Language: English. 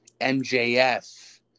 mjf